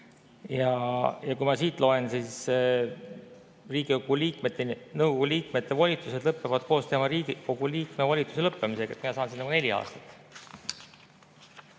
Ja kui ma siit loen, siis Riigikogu liikmetest nõukogu liikmete volitused lõpevad koos Riigikogu liikme volituste lõppemisega. Mina saan siin nagu neli aastat.